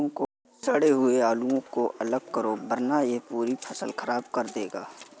सड़े हुए आलुओं को अलग करो वरना यह पूरी फसल खराब कर देंगे